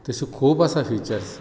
तशे खूब आसात फीचर्स